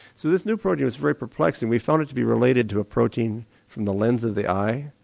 so this new protein was very perplexing, we found it to be related to a protein from the lens of the eye,